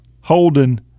holding